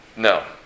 No